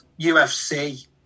UFC